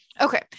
Okay